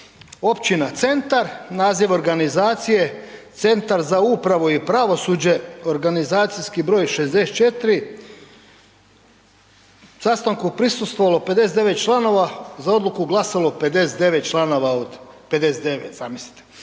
općina Centar, naziv organizacije Centar za upravu i pravosuđe, organizacijski broj 64, sastanku je prisustvovalo 59 članova, za odluku glasalo 59 članova od 59, zamislite.